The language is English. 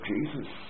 Jesus